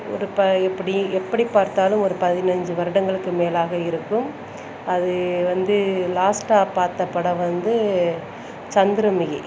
ஒரு ப எப்படி எப்படி பார்த்தாலும் ஒரு பதினஞ்சு வருடங்களுக்கு மேலாக இருக்கும் அது வந்து லாஸ்ட்டாக பார்த்த படம் வந்து சந்திரமுகி